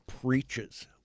preaches